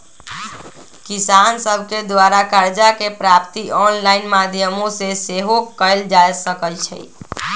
किसान सभके द्वारा करजा के प्राप्ति ऑनलाइन माध्यमो से सेहो कएल जा सकइ छै